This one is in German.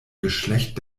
geschlecht